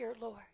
Lord